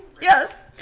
Yes